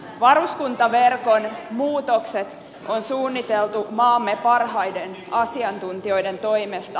varuskuntaverkon muutokset on suunniteltu maamme parhaiden asiantuntijoiden toimesta